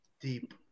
deep